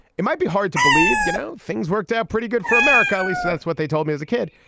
it might be hard to believe you know things worked out pretty good for america at least that's what they told me as a kid.